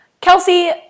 Kelsey